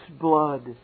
blood